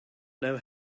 know